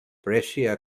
brescia